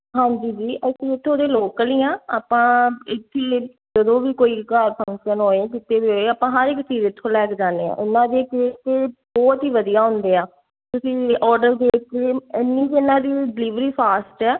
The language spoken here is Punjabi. ਹਾਂਜੀ ਜੀ ਅਸੀਂ ਇੱਥੋਂ ਦੇ ਲੋਕਲ ਹੀ ਹਾਂ ਆਪਾਂ ਇੱਥੇ ਜਦੋਂ ਵੀ ਕੋਈ ਘਰ ਫੰਕਸ਼ਨ ਹੋਏ ਕਿਸੇ ਦੇ ਆਪਾਂ ਹਰ ਇੱਕ ਚੀਜ਼ ਇੱਥੋਂ ਲੈ ਕੇ ਜਾਂਦੇ ਹਾਂ ਉਹਨਾਂ ਦੀ ਇੱਕ ਇੱਕ ਬਹੁਤ ਹੀ ਵਧੀਆ ਹੁੰਦੇ ਆ ਤੁਸੀਂ ਔਡਰ ਦੇਖ ਕੇ ਇੰਨੀ ਕੁ ਇਹਨਾਂ ਦੀ ਡਿਲੀਵਰੀ ਫਾਸਟ ਆ